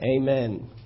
Amen